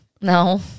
No